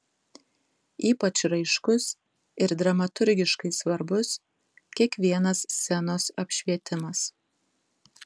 ypač raiškus ir dramaturgiškai svarbus kiekvienas scenos apšvietimas